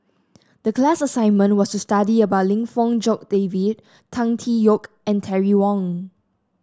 the class assignment was to study about Lim Fong Jock David Tan Tee Yoke and Terry Wong